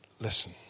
listen